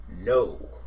No